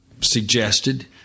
suggested